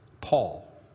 Paul